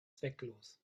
zwecklos